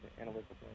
analytical